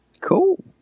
Cool